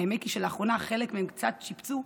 האמת היא שלאחרונה חלק מהם קצת שופצו,